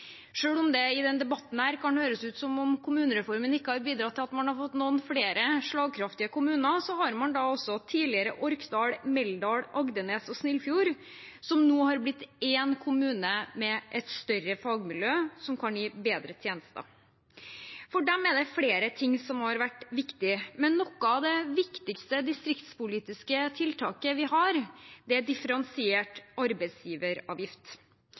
om det i denne debatten kan høres ut som om kommunereformen ikke har bidratt til at man har fått noen flere slagkraftige kommuner, har man altså tidligere Orkdal, Meldal, Agdenes og Snillfjord, som nå har blitt én kommune med et større fagmiljø som kan gi bedre tjenester. For dem er det flere ting som har vært viktig, men noe av det viktigste distriktspolitiske tiltaket vi har, er differensiert arbeidsgiveravgift.